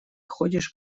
ходишь